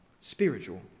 Spiritual